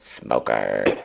smoker